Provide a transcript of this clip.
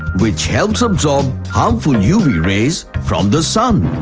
which helps absorb harmful uv rays from the sun.